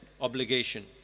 obligation